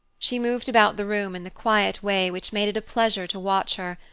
she moved about the room in the quiet way which made it a pleasure to watch her,